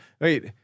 Wait